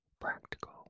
practical